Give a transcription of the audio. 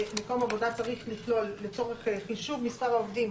היא שמקום העבודה לצורך חישוב מספר העובדים,